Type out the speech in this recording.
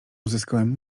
uzyskałem